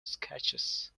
sketches